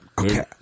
Okay